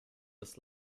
des